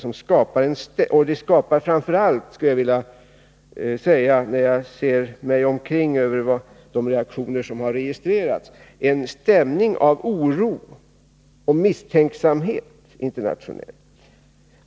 En sådan skapar framför allt, skulle jag vilja säga när jag ser mig omkring och betraktar de reaktioner som har registrerats, en stämning av oro och misstänksamhet internationellt.